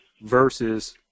versus